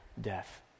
death